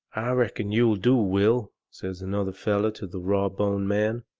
i reckon you'll do, will, says another feller to the raw-boned man,